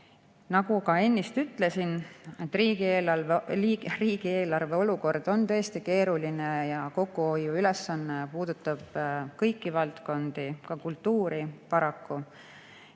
Nagu ennist ütlesin, riigieelarve olukord on tõesti keeruline ja kokkuhoiuülesanne puudutab kõiki valdkondi, paraku